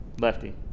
Lefty